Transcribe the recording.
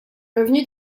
revenus